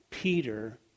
Peter